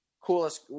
Coolest